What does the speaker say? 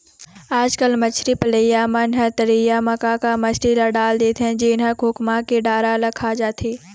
आजकल मछरी पलइया मन ह तरिया म का का मछरी ल डाल देथे जेन ह खोखमा के डारा ल खा जाथे